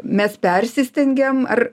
mes persistengiam ar